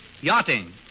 Yachting